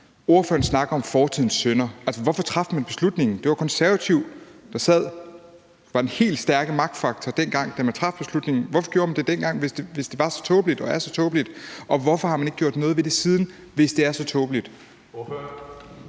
ordføreren snakker om fortidens synder. Altså, hvorfor traf man beslutningen? Det var Konservative, der sad og var den helt stærke magtfaktor dengang, da man traf beslutningen. Hvorfor gjorde man det dengang, hvis det var så tåbeligt og er så tåbeligt? Og hvorfor har man ikke gjort noget ved det siden, hvis det er så tåbeligt?